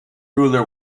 ruler